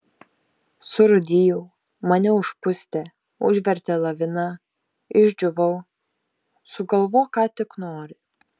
surūdijau mane užpustė užvertė lavina išdžiūvau sugalvok ką tik nori